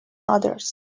others